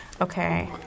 Okay